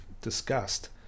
discussed